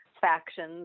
factions